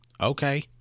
okay